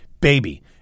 baby